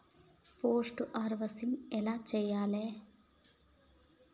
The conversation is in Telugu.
పోస్ట్ హార్వెస్టింగ్ ఎలా చెయ్యాలే?